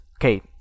okay